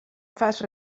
fas